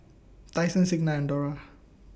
Tyson Signa and Dora